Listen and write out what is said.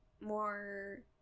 more